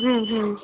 ਹਮ ਹਮ